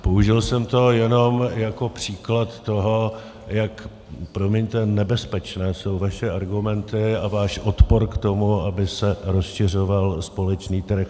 Použil jsem to jenom jako příklad toho, jak promiňte nebezpečné jsou vaše argumenty a váš odpor k tomu, aby se rozšiřoval společný trh.